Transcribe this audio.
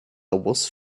was